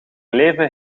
leven